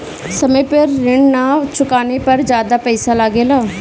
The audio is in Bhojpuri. समय पर ऋण ना चुकाने पर ज्यादा पईसा लगेला?